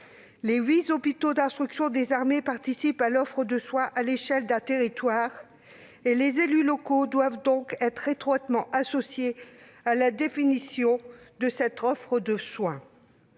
Les huit hôpitaux d'instruction des armées participent à l'offre de soins à l'échelle d'un territoire. À cet égard, les élus locaux doivent être étroitement associés à la définition de cette offre de soins.